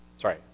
Sorry